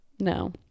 no